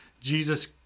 jesus